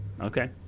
Okay